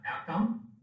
outcome